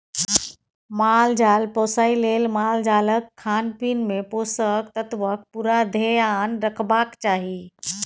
माल जाल पोसय लेल मालजालक खानपीन मे पोषक तत्वक पुरा धेआन रखबाक चाही